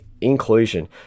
inclusion